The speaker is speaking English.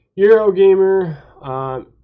Eurogamer